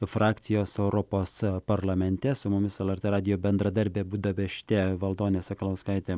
frakcijos europos parlamente su mumis lrt radijo bendradarbė budapešte valdonė sakalauskaitė